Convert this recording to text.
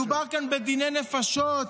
מדובר כאן בדיני נפשות,